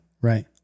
Right